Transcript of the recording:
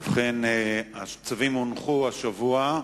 ובכן, הצווים הונחו השבוע.